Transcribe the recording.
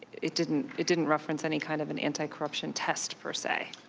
it didn't it didn't reference any kind of and anticorruption test per se.